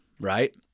right